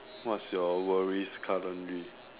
what's your worries currently